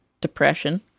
depression